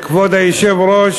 כבוד היושב-ראש,